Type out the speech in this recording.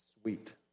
sweet